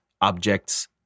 objects